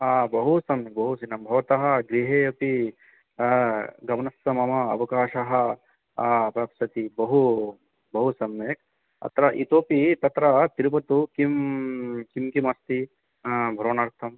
बहु सम्यक् बहुचिनं भवतः गृहे अपि गमनार्थं मम अवकाशः प्राप्स्यते बहु बहु सम्यक् अत्र इतोपि तत्र तिरुपतौ किं किं किमस्ति भ्रमणार्थम्